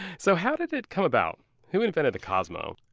so how did it come about? who invented the cosmo?